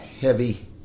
heavy